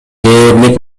дээрлик